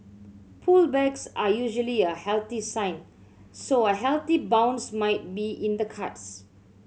pullbacks are usually a healthy sign so a healthy bounce might be in the cards